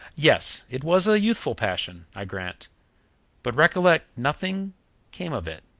yes, it was a youthful passion, i grant but recollect nothing came of it,